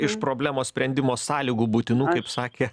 iš problemos sprendimo sąlygų būtinų kaip sakė